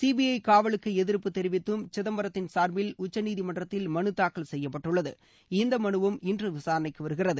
சிபிற காவலுக்கு எதிர்ப்பு தெரிவித்தும் சிதம்பரத்தின் சாாபில் உச்சநீதிமன்றத்தில் மனு தாக்கல் செய்யப்பட்டுள்ளது இந்த மனுவும் இன்று விசாரணைக்கு வருகிறது